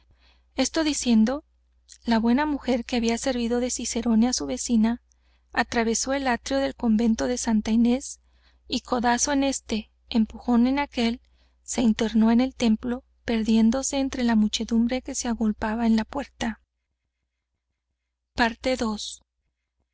esto diciendo la buena mujer que había servido de cicerone á su vecina atravesó el átrio del convento de santa inés y codazo en éste empujón en aquél se internó en el templo perdiéndose entre la muchedumbre que se agolpaba en la puerta